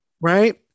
Right